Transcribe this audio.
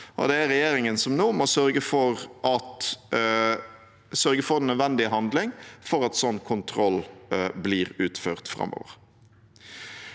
regjeringen som nå må sørge for den nødvendige handling for at sånn kontroll blir utført framover.